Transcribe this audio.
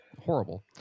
Horrible